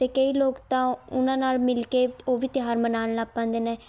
ਅਤੇ ਕਈ ਲੋਕ ਤਾਂ ਉਹਨਾਂ ਨਾਲ ਮਿਲ ਕੇ ਉਹ ਵੀ ਤਿਉਹਾਰ ਮਨਾਉਣ ਲੱਗ ਪੈਂਦੇ ਨੇ